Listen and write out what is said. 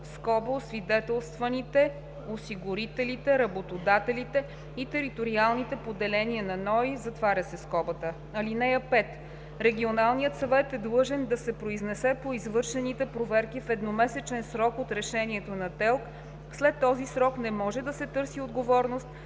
(освидетелстваните, осигурителите, работодателите и териториалните поделения на НОИ). (5) Регионалният съвет е длъжен да се произнесе по извършените проверки в едномесечен срок от решението на ТЕЛК. След този срок, не може да се търси отговорност